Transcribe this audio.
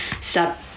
stop